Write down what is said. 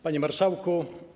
Panie Marszałku!